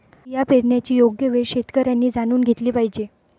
बिया पेरण्याची योग्य वेळ शेतकऱ्यांनी जाणून घेतली पाहिजे